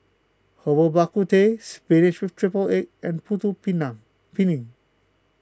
Herbal Bak Ku Teh Spinach with Triple Egg and Putu Piring